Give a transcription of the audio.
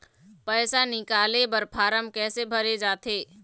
पैसा निकाले बर फार्म कैसे भरे जाथे?